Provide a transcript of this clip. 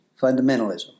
fundamentalism